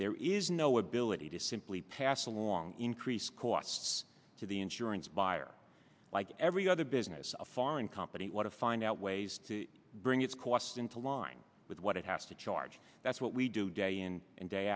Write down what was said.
there is no ability to simply pass along increased costs to the insurance buyer like every other business a foreign company want to find out ways to bring its cost into line with what it has to charge that's what we do day in and day